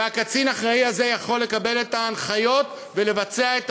והקצין האחראי הזה יכול לקבל את ההנחיות ולבצע את